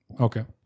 Okay